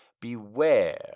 Beware